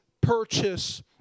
purchase